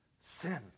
sin